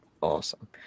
awesome